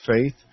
faith